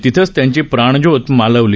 तिथेच त्याची प्राणज्योत मालवली